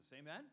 Amen